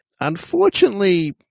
Unfortunately